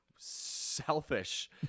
selfish